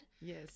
Yes